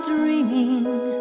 Dreaming